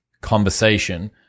conversation